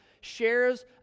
shares